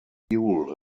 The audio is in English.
fuel